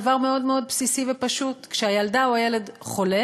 דבר מאוד בסיסי ופשוט: כשהילדה או הילד חולה